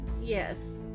Yes